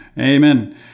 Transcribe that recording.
Amen